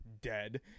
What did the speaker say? dead